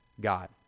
God